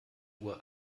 uhr